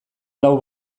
lau